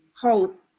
hope